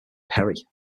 perry